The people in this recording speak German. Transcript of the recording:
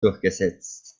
durchgesetzt